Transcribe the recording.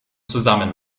zusammen